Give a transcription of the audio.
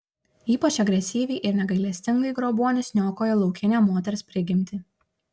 ypač agresyviai ir negailestingai grobuonis niokoja laukinę moters prigimtį